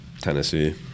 Tennessee